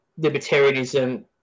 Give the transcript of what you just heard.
libertarianism